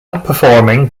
performing